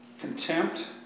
Contempt